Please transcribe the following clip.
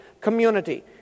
community